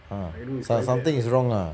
ah some~ something is wrong ah